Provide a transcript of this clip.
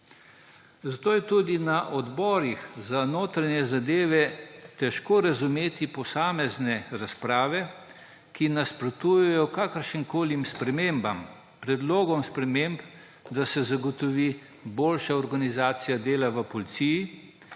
Zato je tudi na odborih za notranje zadeve težko razumeti posamezne razprave, ki nasprotujejo kakršnimkoli spremembam, predlogom sprememb, da se zagotovi boljša organizacija dela v policiji